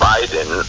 Biden